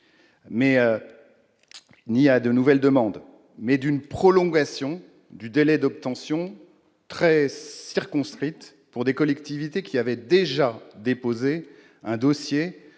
ni de nouvelles demandes, mais d'une prolongation du délai d'obtention très circonscrite pour des collectivités qui avaient déjà déposé un dossier